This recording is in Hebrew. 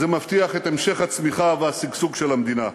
זה מבטיח את המשך הצמיחה והשגשוג של המדינה.